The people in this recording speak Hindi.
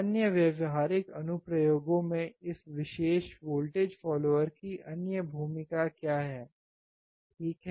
अन्य व्यावहारिक अनुप्रयोगों में इस विशेष वोल्टेज फॉलोअर की अन्य भूमिका क्या है ठीक है